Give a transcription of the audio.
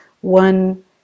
One